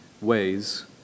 ways